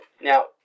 Now